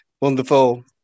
wonderful